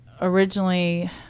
originally